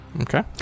Okay